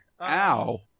Ow